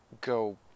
go